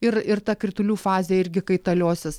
ir ir ta kritulių fazė irgi kaitaliosis